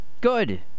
Good